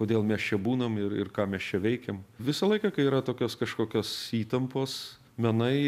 kodėl mes čia būnam ir ir ką mes čia veikiam visą laiką kai yra tokios kažkokios įtampos menai